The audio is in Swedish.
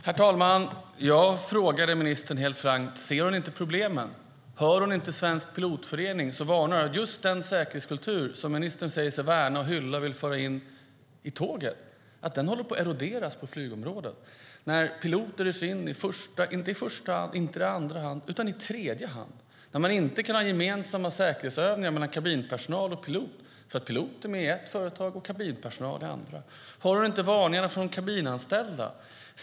Herr talman! Jag frågade helt frankt ministern om hon inte ser problemen och om hon inte hör Svensk Pilotförening som varnar för att just den säkerhetskultur som ministern säger sig värna och hylla och vill föra in i tåget håller på att eroderas på flygområdet. När piloter hyrs in, inte i första eller andra utan i tredje hand, kan man inte ha gemensamma säkerhetsövningar mellan kabinpersonal och piloter för att piloterna är från ett företag och kabinpersonalen från ett annat. Hör ministern inte varningarna från de kabinanställda?